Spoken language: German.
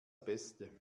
beste